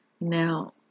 Now